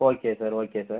okay sir okay sir